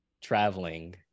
traveling